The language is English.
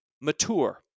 mature